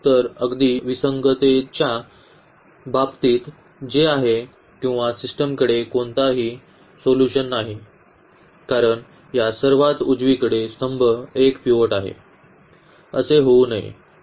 तर अगदी विसंगततेच्या बाबतीत जे आहे किंवा सिस्टमकडे कोणतेही सोल्यूशन नाही कारण या सर्वात उजवीकडे स्तंभ एक पिव्होट आहे असे होऊ नये